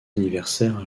anniversaire